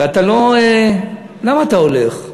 ואתה לא, למה אתה הולך?